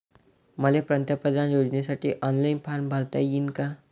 मले पंतप्रधान योजनेसाठी ऑनलाईन फारम भरता येईन का?